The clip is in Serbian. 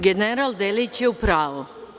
General Delić je u pravu.